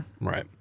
right